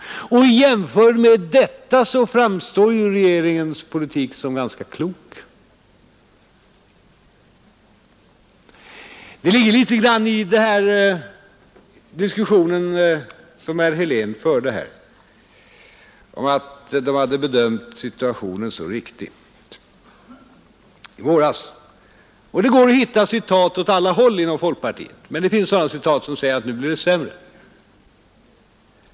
I jämförelse med detta framstår regeringens = Nr 118 olitik som ganska klok. n Det ligger också litet grand i den här disskusionen som herr Helén tog Onsdagen den upp om att folkpartiet hade bedömt situationen så riktigt i våras. Det går att hitta uttalanden åt alla håll inom folkpartiet, och det fanns sådana — Allmänpolitisk som innebar att det skulle bli sämre.